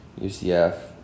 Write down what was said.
UCF